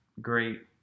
great